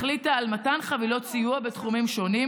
החליטה על מתן חבילות סיוע בתחומים שונים